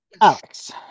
Alex